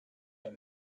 him